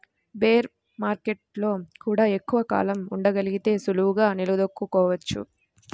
bear మార్కెట్టులో గూడా ఎక్కువ కాలం ఉండగలిగితే సులువుగా నిలదొక్కుకోవచ్చు